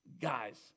Guys